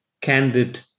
candid